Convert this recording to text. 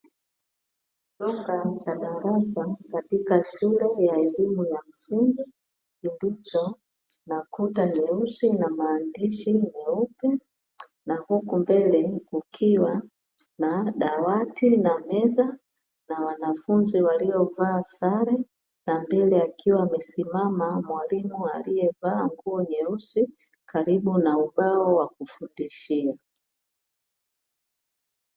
Chumba cha darasa, katika shule ya elimu ya msingi, kilicho na Kuta nyeusi maaandishi meupe, na huku mbele kukiwa na dawati na meza na wanafunzi waliovaa sare, na mbele akiwa amesimama mwalimu alievaa nguo nyeusi karibu na ubao wa kufundishia.